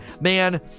man